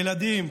ילדים,